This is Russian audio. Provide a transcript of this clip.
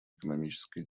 экономической